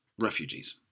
refugees